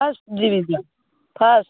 first division first